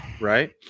Right